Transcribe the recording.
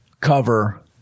cover